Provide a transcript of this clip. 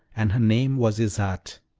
and her name was isarte.